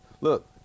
Look